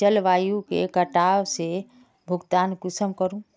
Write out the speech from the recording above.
जलवायु के कटाव से भुगतान कुंसम करूम?